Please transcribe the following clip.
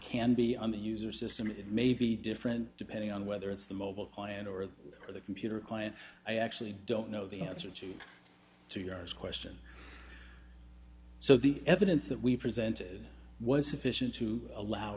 can be on the user system it may be different depending on whether it's the mobile client or the computer client i actually don't know the answer to to your question so the evidence that we presented was sufficient to allow